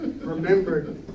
remembered